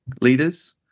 leaders